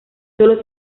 sólo